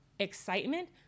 excitement